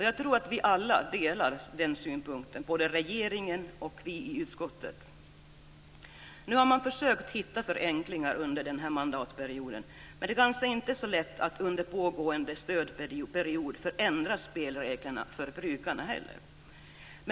Jag tror att vi alla delar dessa synpunkter, både regeringen och vi i utskottet. Nu har man försökt hitta förenklingar under den här mandatperioden, men det kanske inte är så lätt att under pågående stödperiod förändra spelreglerna för brukarna.